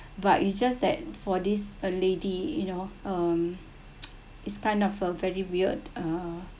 but it's just that for this a lady you know um it's kind of a very weird uh